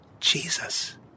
Jesus